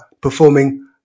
performing